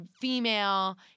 female